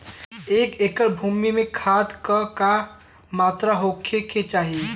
एक एकड़ भूमि में खाद के का मात्रा का होखे के चाही?